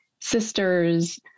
sisters